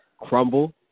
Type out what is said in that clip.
crumble